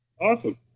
Awesome